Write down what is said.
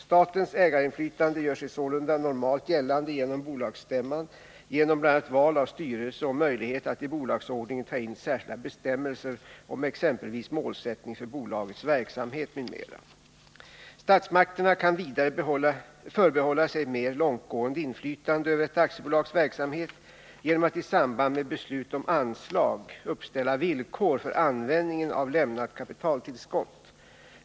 Statens ägarinflytande gör sig sålunda normalt gällande genom bolagsstämman genom bl.a. val av styrelse och möjlighet att i bolagsordningen ta in särskilda bestämmelser om exempelvis målsättning för bolagets verksamhet, m.m. Statsmakterna kan vidare förbehålla sig ett mer långtgående inflytande över ett aktiebolags verksamhet genom att i samband med beslut om anslag uppställa villkor för användningen av lämnat kapitaltillskott.